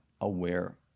aware